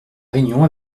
réunion